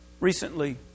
Recently